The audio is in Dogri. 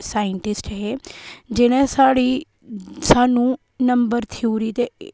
साइंटिस्ट हे जि'नें स्हाड़ी सानू नम्बर थ्यूरी ते